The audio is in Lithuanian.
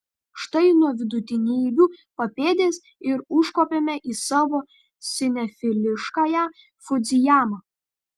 štai nuo vidutinybių papėdės ir užkopėme į savo sinefiliškąją fudzijamą